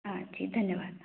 हाँ जी धन्यवाद